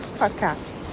podcast